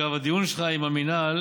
הדיון שלך עם המינהל